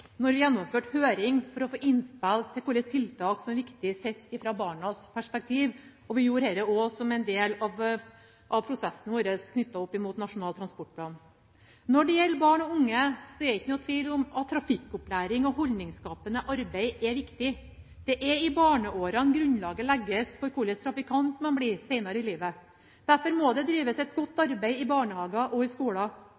Når det gjelder barn og unge, er det ingen tvil om at trafikkopplæring og holdningsskapende arbeid er viktig. Det er i barneårene grunnlaget legges for hva slags trafikant man blir senere i livet. Derfor må det drives et godt